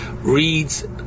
reads